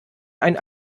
einen